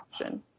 option